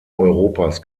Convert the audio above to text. europas